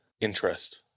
interest